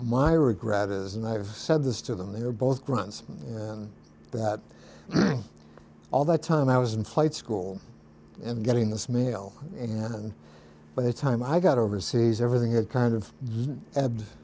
my regret is and i've said this to them they were both grunts and that all the time i was in flight school and getting this mail and by the time i got overseas everything had kind of